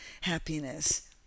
happiness